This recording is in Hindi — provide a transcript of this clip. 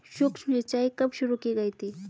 सूक्ष्म सिंचाई कब शुरू की गई थी?